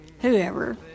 whoever